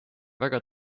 väga